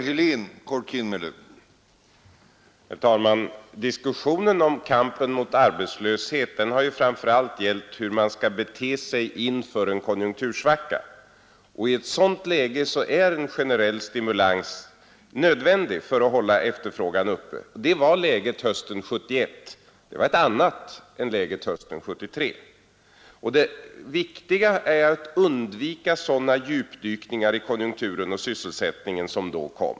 Herr talman! Diskussionen om kampen mot arbetslöshet har framför allt gällt hur man skall bete sig inför en konjunktursvacka. I ett sådant läge är en generell stimulans nödvändig för att hålla efterfrågan uppe. Sådant var läget hösten 1971; det var ett annat än hösten 1973. Det viktiga är att undvika sådana djupdykningar i konjunkturen och sysselsättningen som då kom.